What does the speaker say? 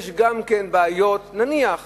נניח שיש גם כן בעיות בציבור,